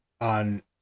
on